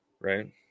right